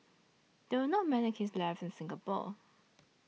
there are not many kilns left in Singapore